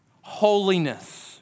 Holiness